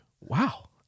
wow